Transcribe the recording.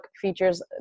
features